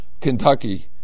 Kentucky